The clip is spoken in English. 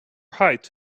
height